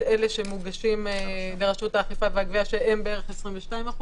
אלה שמוגשים לרשות האכיפה והגבייה שהם בערך 22%